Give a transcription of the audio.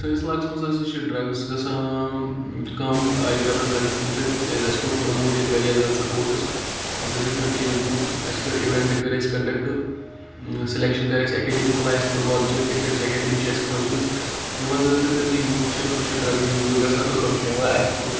سٲنِس علاقَس منٛز ہَسا چھِ ڈرٛگٕز گژھان کَم آیہِ کَرنہٕ ڈرٛگٕز ییٚمہِ سۭتۍ کیٛازِ اَسہِ کوٚر پرٛموٹ ییٚتہِ واریاہ زیادٕ سپوٹٕس اَسہِ ہَسا کٔر کھیل کوٗد اَسہِ کٔرۍ اِوٮ۪نٛٹ کٔرۍ اَسہِ کَنڈَکٹ سٕلٮ۪کشَن کرِ اَسہِ اکیڈمی کھُلاوِ اَسہِ فُٹ بالچہِ کِرکَٹچہِ اکیڈمی چھِ اَسہِ کھوجمَژٕ ییٚمہِ وجہ سۭتۍ ہَسا یوٗتھ چھُ تِم چھِ ڈرٛگ نِش دوٗر گژھان تہٕ تِم چھِ یِوان اَسہِ کُن